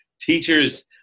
teachers